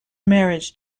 marriage